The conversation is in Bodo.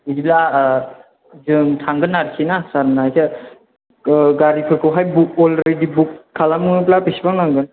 बिदिब्ला जों थांगोन आरखि ना सारमोनहा एसे गारिफोरखौहाय बुक अलरिडि बुक खालामोब्ला बेसेबां नांगोन